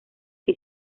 que